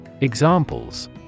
Examples